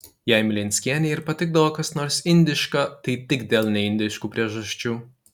jei mlinskienei ir patikdavo kas nors indiška tai tik dėl neindiškų priežasčių